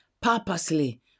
purposely